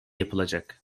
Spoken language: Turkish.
yapılacak